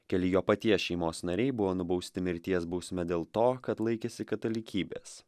keli jo paties šeimos nariai buvo nubausti mirties bausme dėl to kad laikėsi katalikybės